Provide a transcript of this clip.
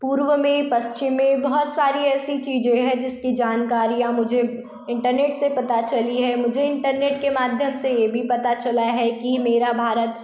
पूर्व में पश्चिम में बहुत सारी ऐसी चीज़ें है जिसकी जानकारियाँ मुझे इंटरनेट से पता चली है मुझे इंटरनेट के माध्यम से मुझे यह भी पता चला है कि मेरा भारत